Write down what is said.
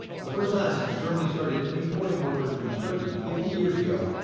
for the first time since germany started importing workers from turkey fifty years ago,